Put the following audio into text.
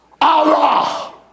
Allah